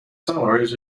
salaries